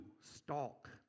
stalk